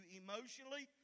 emotionally